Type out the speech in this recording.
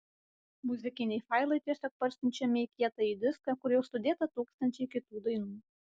muzikiniai failai tiesiog parsiunčiami į kietąjį diską kur jau sudėta tūkstančiai kitų dainų